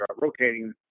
rotating